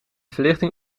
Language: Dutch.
verlichting